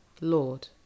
Lord